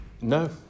No